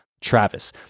Travis